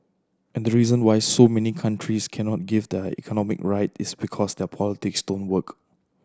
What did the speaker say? and the reason why so many countries cannot get their economies right it's because their politics don't work